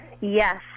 Yes